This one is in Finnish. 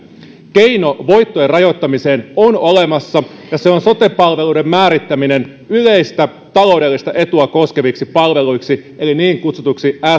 keino voittojen rajoittamiseen on olemassa ja se on sote palveluiden määrittäminen yleistä taloudellista etua koskeviksi palveluiksi eli niin kutsutuiksi